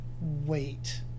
wait